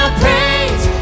praise